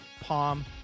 Palm